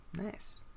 nice